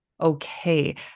okay